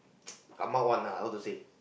come out one lah how to say